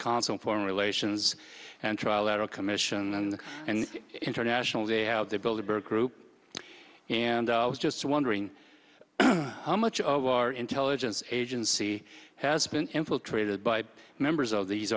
constant foreign relations and trilateral commission and international they have to build a bird group and i was just wondering how much of our intelligence agency has been infiltrated by members of these